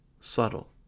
subtle